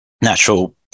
natural